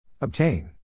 Obtain